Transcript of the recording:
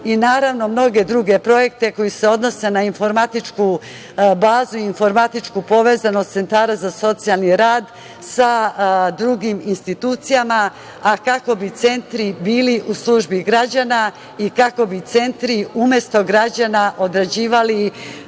i naravno mnoge druge projekte koji se odnose na informatičku bazu, informatičku povezanost centara za socijalni rad sa drugim institucijama, kako bi centri bili u službi građana i kako bi centri umesto građana odrađivali